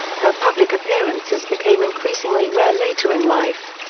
her public appearances became increasingly rare later in life.